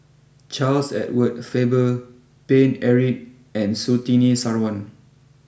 Charles Edward Faber Paine Eric and Surtini Sarwan